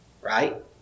right